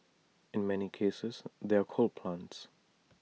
in many cases they're coal plants